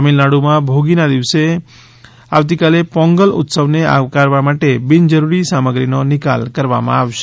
તમિલનાડુમાં ભોગીના દિવસે આવતીકાલે પોંગલ ઉત્સવને આવકારવા માટે બિનજરૂરી સામગ્રીનો નિકાલ કરવામાં આવશે